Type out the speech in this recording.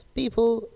people